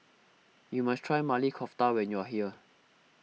you must try Maili Kofta when you are here